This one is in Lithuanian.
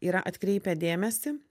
yra atkreipę dėmesį